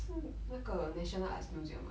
是那个 national arts museum ah